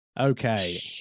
okay